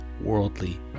worldly